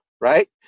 right